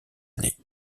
année